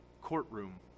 courtroom